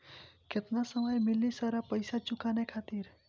केतना समय मिली सारा पेईसा चुकाने खातिर?